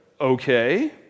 okay